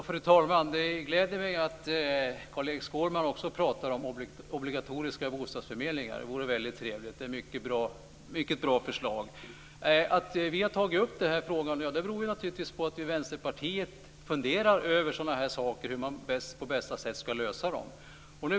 Fru talman! Det gläder mig att Carl-Erik Skårman också pratar om obligatoriska bostadsförmedlingar. Det är mycket trevligt. Det är ett mycket bra förslag. Att vi har tagit upp den frågan beror naturligtvis på att vi i Vänsterpartiet funderar över sådana här saker och hur man på bästa sätt ska lösa dem.